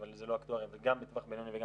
אבל זה לא אקטואריה וגם בטווח בינוני וגם